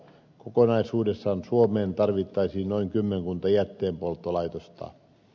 kokonaisuudessaan suomeen tarvittaisiin noin kymmenkunta jätteenpolttolaitosta